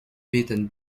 beaten